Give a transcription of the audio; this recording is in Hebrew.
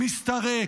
מסתרק,